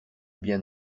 bien